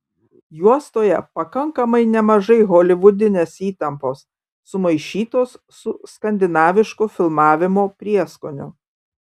juostoje pakankamai nemažai holivudinės įtampos sumaišytos su skandinavišku filmavimo prieskoniu